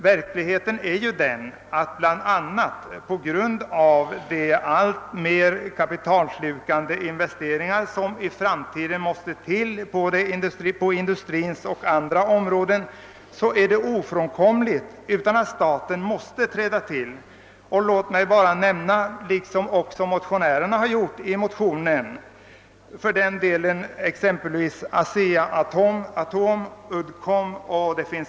Verkligheten är ju den, att det bl.a. på grund av de alltmer kapitalslukande investeringar som i framtiden måste göras inom industrin och inom andra områden är ofrånkomligt att staten måste träda in. Låt mig i detta sammanhang bland många andra företag, i likhet med vad motionärerna gjort, nämna ASEA ATOM och Uddcomb.